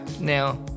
Now